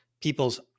people's